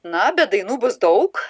na bet dainų bus daug